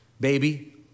baby